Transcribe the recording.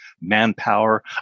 manpower